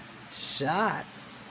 shots